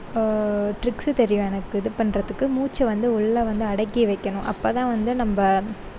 tricks தெரியும் எனக்கு இது பண்ணுறதுக்கு மூச்சை வந்து உள்ள வந்து அடக்கி வைக்கணும் அப்போதான் வந்து நம்ப